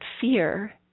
fear